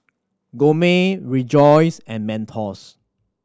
Gourmet Rejoice and Mentos